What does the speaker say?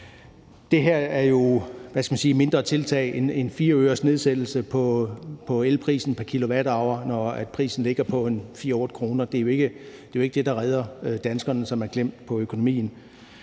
man sige, et mindre tiltag, en 4-øresnedsættelse af elprisen pr. kWh, når prisen ligger på 4-8 kr. Det er jo ikke det, der redder de danskere, som er klemt på økonomien.